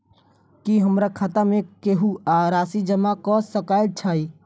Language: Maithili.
की हमरा खाता मे केहू आ राशि जमा कऽ सकय छई?